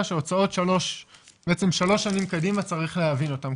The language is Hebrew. שהוצאות שלוש שנים קדימה צריך להעביר אותם.